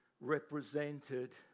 represented